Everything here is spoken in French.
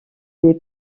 des